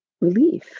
relief